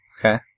okay